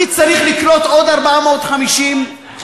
אני צריך לקלוט עוד 450 עובדים,